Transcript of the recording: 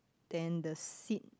then the seat